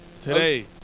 Today